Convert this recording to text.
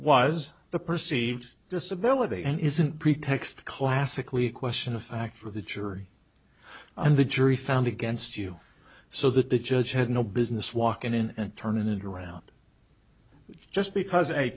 was the perceived disability and isn't pretext classically a question of fact for the jury and the jury found against you so that the judge had no business walk in and turn it around just because